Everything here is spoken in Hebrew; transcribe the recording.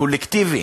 הקולקטיבי,